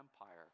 Empire